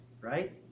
Right